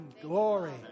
Glory